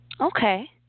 Okay